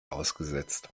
ausgesetzt